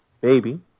baby